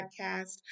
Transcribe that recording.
podcast